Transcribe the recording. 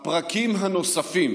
הפרקים הנוספים,